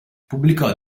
pubblicò